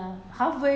so many thing